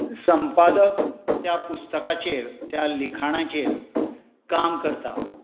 संपादक त्या पुस्तकाचेर त्या लिखाणाचेर काम करता